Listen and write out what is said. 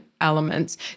elements